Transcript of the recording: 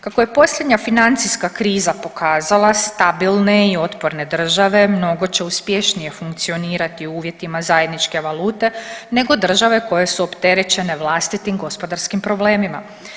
Kako je posljednja financijska kriza pokazala stabilne i otporne države mnogo će uspješnije funkcionirati u uvjetima zajedničke valute nego države koje su opterećene vlastitim gospodarskim problemima.